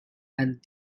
and